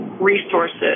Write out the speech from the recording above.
resources